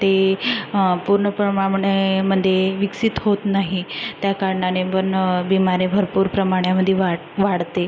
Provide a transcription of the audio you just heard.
ते पूर्ण प्रमाणामध्ये मध्ये विकसित होत नाही त्या कारणाने पण बिमारी भरपूर प्रमाणामदी वा वाढते